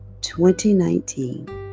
2019